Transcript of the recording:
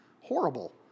horrible